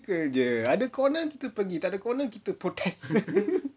typical jer ada kau kita pergi tak ada kau kita potong